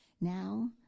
Now